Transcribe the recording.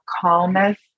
calmness